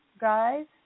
guys